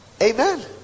Amen